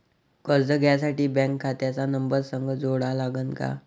कर्ज घ्यासाठी बँक खात्याचा नंबर संग जोडा लागन का?